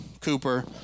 Cooper